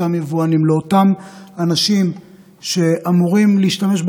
זה לא אנשים קטנים,